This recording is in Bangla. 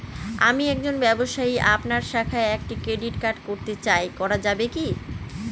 আমি একজন ব্যবসায়ী আপনার শাখায় একটি ক্রেডিট কার্ড করতে চাই করা যাবে কি?